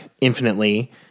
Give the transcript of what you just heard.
infinitely